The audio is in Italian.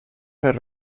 per